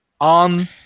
on